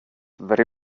very